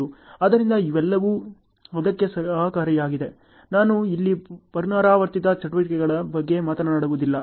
ಆದ್ದರಿಂದ ಇವೆಲ್ಲವೂ ಅದಕ್ಕೆ ಸಹಕಾರಿಯಾಗಿದೆ ನಾನು ಇಲ್ಲಿ ಪುನರಾವರ್ತಿತ ಚಟುವಟಿಕೆಗಳ ಬಗ್ಗೆ ಮಾತನಾಡುವುದಿಲ್ಲ